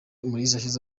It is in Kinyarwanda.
yashyize